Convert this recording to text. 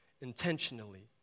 intentionally